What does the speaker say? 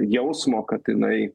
jausmo kad jinai